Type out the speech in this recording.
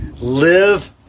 live